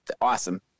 awesome